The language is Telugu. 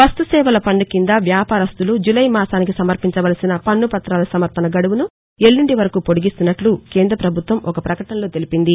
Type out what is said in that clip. వస్తు సేవల పన్ను కింద వ్యాపారస్తులు జులై మాసానికి సమర్పించవలసిన పన్ను పత్రాల సమర్పణ గడువును ఎల్లుండి వరకూ పొడిగిస్తున్నట్లు కేంద్రాపభుత్వం ఒక ప్రకటనలో తెలియచేసింది